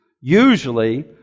Usually